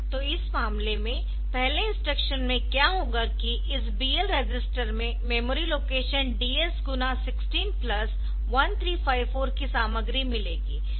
तो इस मामले में पहले इंस्ट्रक्शन में क्या होगा कि इस BL रजिस्टर में मेमोरी लोकेशन DS गुणा 16 प्लस 1354 की सामग्री मिलेगी